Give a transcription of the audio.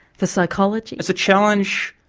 for psychology. it's a challenge,